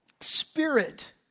spirit